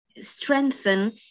strengthen